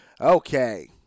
Okay